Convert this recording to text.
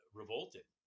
revolted